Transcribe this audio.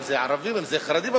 אם ערבים ואם חרדים.